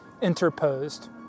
interposed